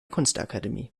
kunstakademie